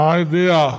idea